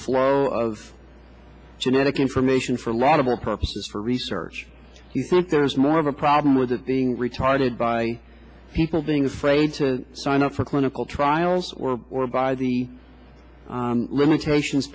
flow of genetic information for a lot of our purposes for research do you think there's more of a problem with it being retarded by people being afraid to sign up for clinical trials were or by the limitations